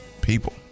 People